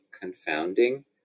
confounding